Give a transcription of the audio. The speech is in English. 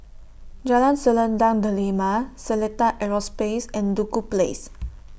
Jalan Selendang Delima Seletar Aerospace and Duku Place